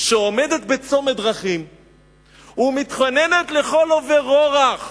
שעומדת בצומת דרכים ומתחננת לכל עובר אורח